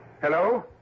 Hello